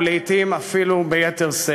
ולעתים אפילו ביתר שאת.